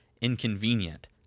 inconvenient